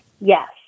Yes